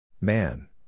Man